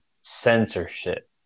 censorship